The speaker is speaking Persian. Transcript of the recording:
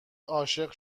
عاشق